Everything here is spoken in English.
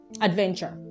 adventure